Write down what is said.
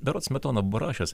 berods smetona buvo rašęs